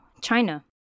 China